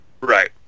right